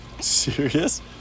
Serious